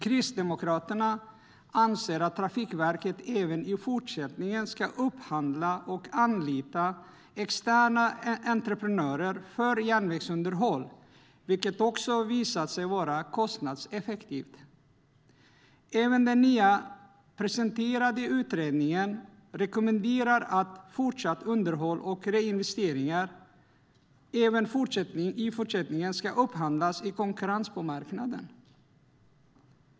Kristdemokraterna anser att Trafikverket även i fortsättningen ska upphandla och anlita externa entreprenörer för järnvägsunderhåll, vilket också har visat sig vara kostnadseffektivt. Även den nyligen presenterade utredningen rekommenderar att underhåll och reinvesteringar också i fortsättningen ska upphandlas i konkurrens på marknaden.